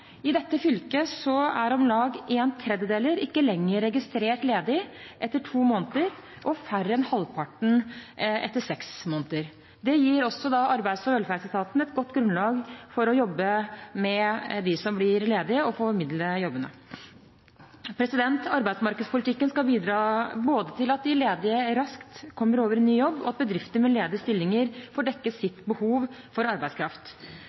I dette fylket er om lag en tredjedel ikke lenger registrert ledig etter to måneder, og færre enn halvparten etter seks måneder. Det gir Arbeids- og velferdsetaten et godt grunnlag for å jobbe med dem som blir ledige, og formidle jobbene. Arbeidsmarkedspolitikken skal bidra både til at de ledige raskt kommer over i ny jobb, og til at bedrifter med ledige stillinger får dekket sitt behov for arbeidskraft.